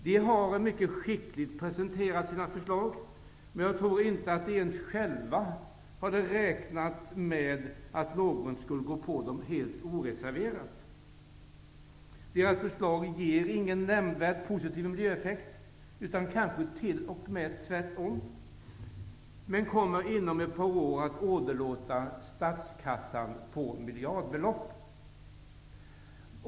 De har skickligt presenterat sina förslag , men jag tror inte att de ens själva har räknat med att någon skulle gå på dem oreserverat. Deras förslag ger ingen nämnvärd positiv miljöeffekt, utan kanske t.o.m. tvärtom, men kommer inom ett par år att åderlåta statskassan på miljardbelopp.